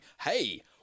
hey